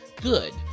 good